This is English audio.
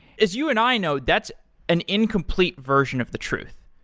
as you and i know, that's an incomplete version of the truth.